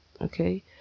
Okay